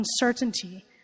uncertainty